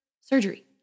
surgery